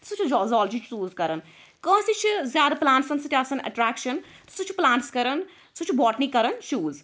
سُہ چھُ زوالجی چیٛوٗز کران کٲنٛسہِ چھِ زیادٕ پلانٹسَن سۭتۍ آسان اَٹریٚکشَن سُہ چھُ پلانٹٕس کَران سُہ چھُ بواٹنی کران چیٚوٗز